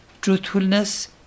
truthfulness